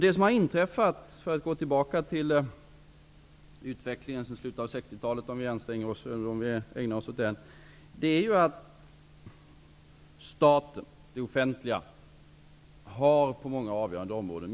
Det som har inträffat, om vi ägnar oss åt utvecklingen sedan slutet av 60-talet, är att staten -- det offentliga -- har misslyckats på många avgörande områden.